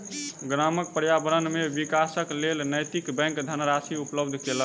गामक पर्यावरण के विकासक लेल नैतिक बैंक धनराशि उपलब्ध केलक